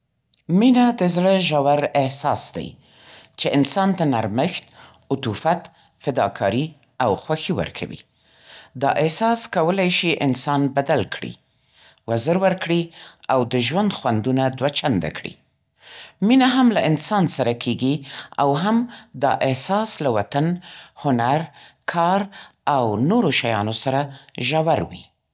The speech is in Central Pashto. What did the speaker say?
مینه د زړه ژور احساس دی، چې انسان ته نرمښت، عطوفت، فداکاري او خوښي ورکوي. دا احساس کولی شي انسان بدل کړي، وزر ورکړي، او د ژوند خوندونه دوه چنده کړي. مینه هم له انسان سره کېږي او هم دا احساس له وطن، هنر، کار او نورو شیانو سره ژور وي.